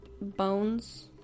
bones